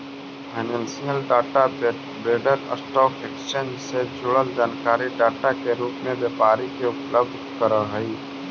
financial data vendor stock exchange से जुड़ल जानकारी डाटा के रूप में व्यापारी के उपलब्ध करऽ हई